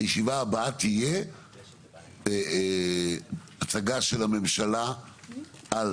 הישיבה הבאה תהיה הצגה של הממשלה על